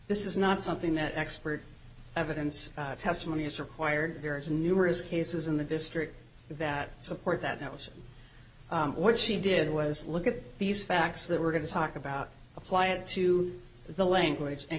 this is not something that expert evidence testimony is required and numerous cases in the district that support that notion what she did was look at these facts that we're going to talk about apply it to the language and